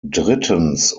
drittens